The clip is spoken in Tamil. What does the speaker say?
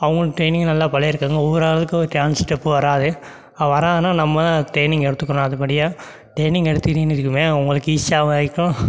அவங்களும் ட்ரைனிங் நல்லா பழகிருக்காங்க ஒவ்வொரு ஆளுக்கும் டான்ஸ் ஸ்டெப்பு வராது வராதுன்னால் நம்ம தான் ட்ரைனிங் எடுத்துக்கணும் அது படியே ட்ரைனிங் எடுத்துக்கிட்டீங்கன்னு வச்சுக்கவேன் உங்களுக்கு ஈஸியாகவும் இருக்கும்